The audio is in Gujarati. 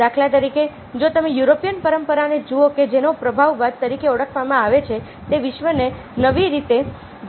દાખલા તરીકે જો તમે યુરોપીયન પરંપરાને જુઓ કે જેને પ્રભાવવાદ તરીકે ઓળખવામાં આવે છે તે વિશ્વને નવી રીતે જોવાનું થાય છે